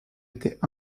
était